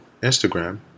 Instagram